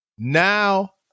Now